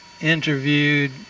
interviewed